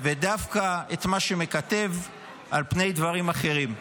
ודווקא את מה שמקטב על פני דברים אחרים.